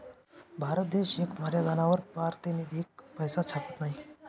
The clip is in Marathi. भारत देश येक मर्यादानावर पारतिनिधिक पैसा छापत नयी